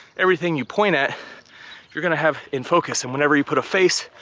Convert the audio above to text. everything you point at you're gonna have in focus and whenever you put a face,